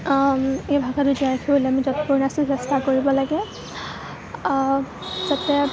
এই ভাষাটো জীয়াই ৰাখিবলৈ আমি যৎপৰেনাস্তি চেষ্টা কৰিব লাগে যাতে